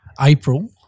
April